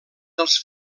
dels